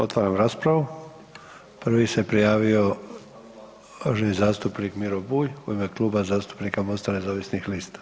Otvaram raspravu, prvi se prijavio uvaženi zastupnik Miro Bulj u ime Kluba zastupnika MOST-a nezavisnih lista.